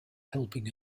helping